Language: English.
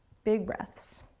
big breaths.